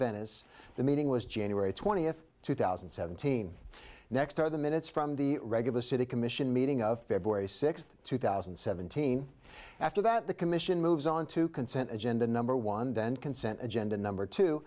venice the meeting was january twentieth two thousand and seventeen next are the minutes from the regular city commission meeting of february sixth two thousand and seventeen after that the commission moves on to consent agenda number one then consent agenda number two